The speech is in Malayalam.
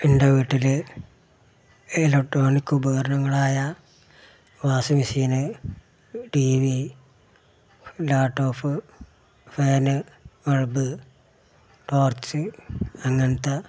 എൻ്റെ വീട്ടിൽ ഇലക്ട്രോണിക് ഉപകാരങ്ങളായ washing machine T V laptop fan bulb torch അങ്ങനത്തെ